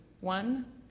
one